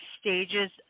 stages